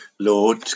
Lord